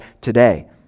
today